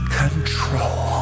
control